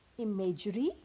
Imagery